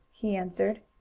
he answered.